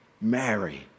Mary